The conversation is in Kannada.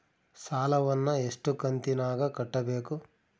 ಸಾಲವನ್ನ ಎಷ್ಟು ಕಂತಿನಾಗ ಕಟ್ಟಬೇಕು?